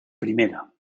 primera